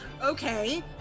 Okay